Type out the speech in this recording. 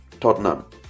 Tottenham